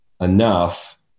enough